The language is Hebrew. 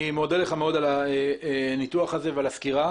אני מודה לך על הניתוח ועל הסקירה.